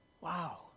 Wow